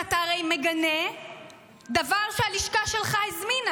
כי אתה הרי מגנה דבר שהלשכה שלך הזמינה.